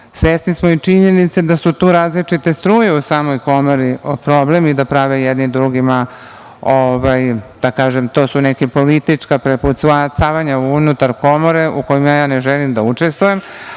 Svesni smo i činjenice da su tu različite struje u samoj Komori i da prave problem jedni drugima, da kažem, to su neka politička prepucavanja unutar Komore, u kojima ne želim da učestvujem,